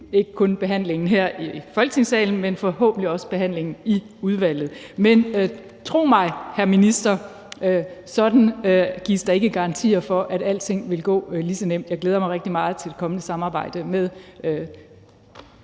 ikke kun behandlingen her i Folketingssalen, men forhåbentlig også behandlingen i udvalget. Men tro mig, hr. minister, sådan gives der ikke garantier for, at alting vil gå lige så nemt. Jeg glæder mig rigtig meget til det kommende samarbejde med